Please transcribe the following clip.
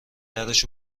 درش